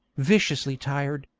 viciously tired,